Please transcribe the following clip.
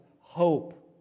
hope